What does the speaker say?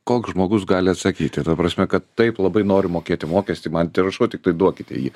koks žmogus gali atsakyti ta prasme kad taip labai noriu mokėti mokestį man tik prašau tik tai duokite jį